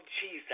Jesus